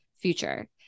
future